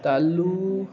तैह्लूं